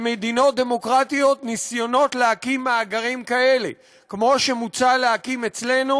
במדינות דמוקרטיות ניסיונות להקים מאגרים כאלה כמו שמוצע להקים אצלנו